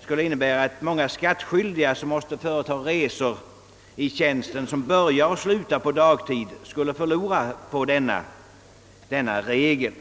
således att många skattskyldiga, vilka måste företa resor i tjänsten som börjar och slutar på dagtid, skulle förlora på denna regel.